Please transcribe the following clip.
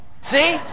See